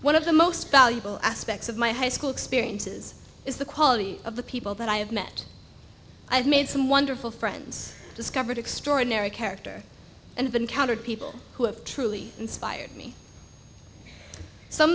of the most valuable aspects of my high school experiences is the quality of the people that i have met i have made some wonderful friends discovered extraordinary character and of encountered people who have truly inspired me some